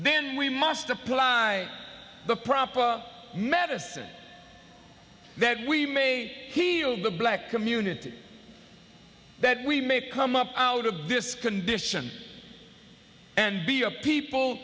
then we must apply the proper medicine that we may heal the black community that we may come up out of this condition and be a people